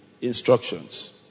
instructions